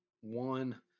one